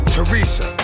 Teresa